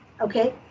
okay